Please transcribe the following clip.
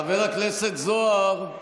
חבר הכנסת זוהר,